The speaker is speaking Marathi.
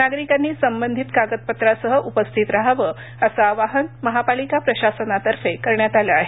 नागरिकांनी संबंधित कागदपत्रासह उपस्थित राहावे असे आवाहन महापालिका प्रशासनातर्फे करण्यात आलं आहे